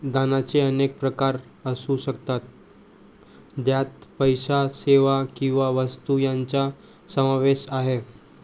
दानाचे अनेक प्रकार असू शकतात, ज्यात पैसा, सेवा किंवा वस्तू यांचा समावेश आहे